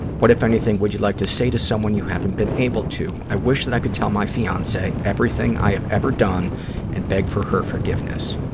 what, if anything, would you like to say to someone you haven't been able to? i wish that i could tell my fiancee everything i have ever done and beg for her forgiveness.